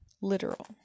literal